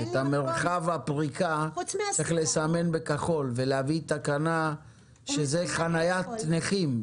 את מרחב הפריקה צריך לסמן בכחול ולהביא תקנה שזה חניית נכים.